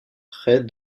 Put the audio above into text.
près